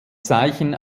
zeichen